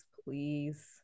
please